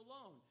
alone